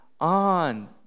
on